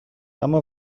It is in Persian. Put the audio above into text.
اما